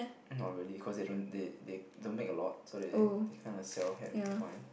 not really cause they don't they they don't make a lot so they they kinda sell